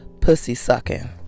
pussy-sucking